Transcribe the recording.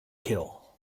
kill